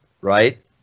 right